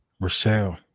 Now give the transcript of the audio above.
Rochelle